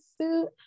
suit